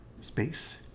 space